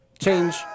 Change